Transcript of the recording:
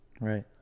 Right